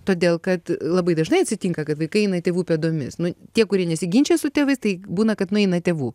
todėl kad labai dažnai atsitinka kad vaikai eina tėvų pėdomis nu tie kurie nesiginčija su tėvais tai būna kad nueina tėvų